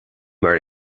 mar